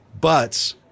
But-